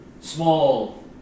Small